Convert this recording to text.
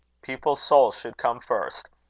people's souls should come first.